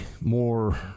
more